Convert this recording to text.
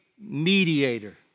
mediator